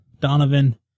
Donovan